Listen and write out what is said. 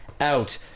out